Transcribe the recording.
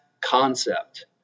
concept